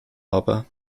aber